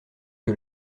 que